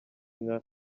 nka